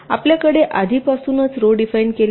आपल्याकडे आधीपासूनच row define केल्या आहेत